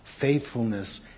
Faithfulness